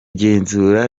genzura